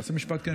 תעשה משפט כן,